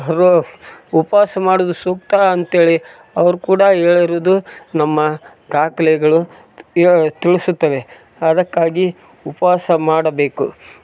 ರೂ ಉಪವಾಸ ಮಾಡುದು ಸೂಕ್ತ ಅಂತೇಳಿ ಅವ್ರು ಕೂಡ ಹೇಳಿರುವುದು ನಮ್ಮ ದಾಖ್ಲೆಗಳು ಇವಾಗ ತಿಳಿಸುತ್ತವೆ ಅದಕ್ಕಾಗಿ ಉಪವಾಸ ಮಾಡಬೇಕು